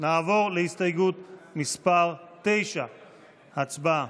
נעבור להסתייגות מס' 9. הצבעה.